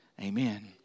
Amen